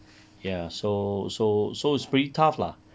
ya so so so it's pretty tough lah